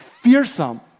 fearsome